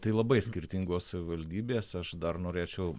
tai labai skirtingos savivaldybės aš dar norėčiau